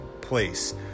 place